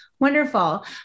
Wonderful